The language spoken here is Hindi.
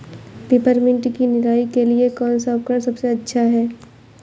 पिपरमिंट की निराई के लिए कौन सा उपकरण सबसे अच्छा है?